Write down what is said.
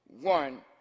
one